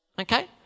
Okay